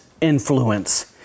influence